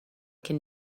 can